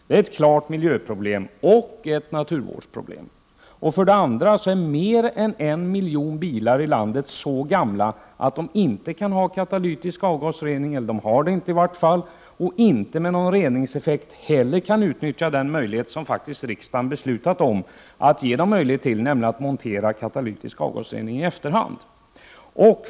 Det är ett klart miljöoch naturvårdsproblem. För det andra: Mer än en miljon bilar i landet är så gamla att de inte har katalytisk avgasrening och inte heller med någon reningseffekt kan utnyttja de möjligheter riksdagen beslutat om att ge dem möjligheter till, nämligen att montera katalytisk avgasrening i efterhand.